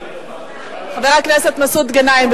חבר הכנסת מסעוד גנאים,